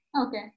Okay